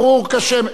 ברור כשמש.